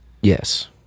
yes